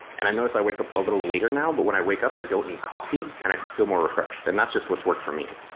and i notice i wake up a little later now, but when i wake up i don't need coffee and i feel more refreshed and that's just what's worked for me.